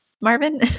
marvin